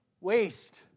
waste